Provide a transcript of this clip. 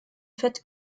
fett